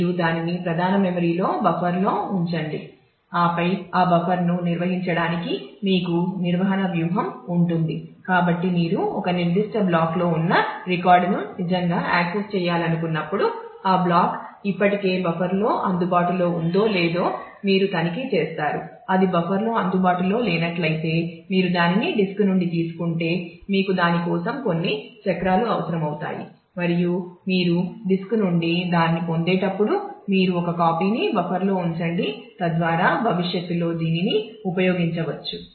మీరు దానిని ప్రధాన మెమరీలో బఫర్లో ఉంచండి ఆపై ఈ బఫర్ను నిర్వహించడానికి మీకు నిర్వహణ వ్యూహం అవసరమవుతాయి మరియు మీరు డిస్క్ నుండి దాన్ని పొందేటప్పుడు మీరు ఒక కాపీని బఫర్ లో ఉంచండి తద్వారా భవిష్యత్తులో దీనిని ఉపయోగించవచ్చు